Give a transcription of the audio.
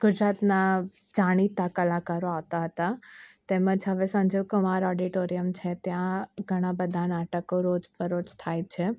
ગુજરાતના જાણીતા કલાકારો આવતા હતા તેમ જ હવે સંજીવ કુમાર ઓડિટોરિયમ છે ત્યાં ઘણા બધા નાટકો રોજ બરોજ થાય છે